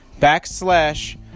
backslash